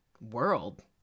world